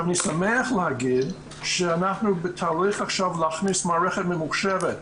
אני שמח להגיד שאנחנו בתהליך של הכנסת מערכת ממוחשבת.